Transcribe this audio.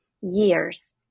years